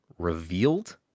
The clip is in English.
Revealed